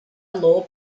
law